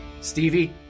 Stevie